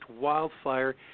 wildfire